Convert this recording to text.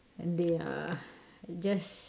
and they are just